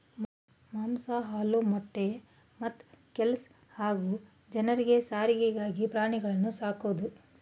ಮಾಂಸ ಹಾಲು ಮೊಟ್ಟೆ ಮತ್ತೆ ಕೆಲ್ಸ ಹಾಗೂ ಜನರಿಗೆ ಸಾರಿಗೆಗಾಗಿ ಪ್ರಾಣಿಗಳನ್ನು ಸಾಕೋದು